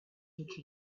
huge